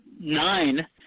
nine